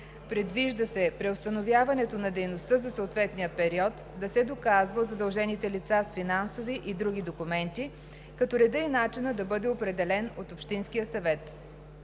Предвижда се преустановяването на дейността за съответния период да се доказва от задължените лица с финансови и други документи, като редът и начинът да бъде определен от Общинския съвет.